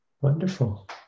Wonderful